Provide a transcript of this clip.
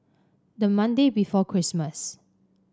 the Monday before Christmas